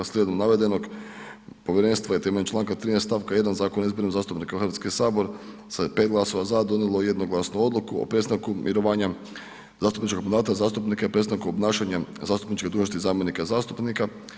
Slijedom navedenog, povjerenstvo je temeljem članka 19. stavka 1. Zakona o izboru zastupnika u Hrvatski sabor sa 5 glasova za donijelo jednoglasnu odluku o prestanku mirovanja zastupničkog mandata i prestanku obnašanja zastupničke dužnosti zamjenika zastupnika.